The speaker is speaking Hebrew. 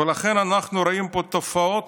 לכן אנחנו גם רואים פה תופעות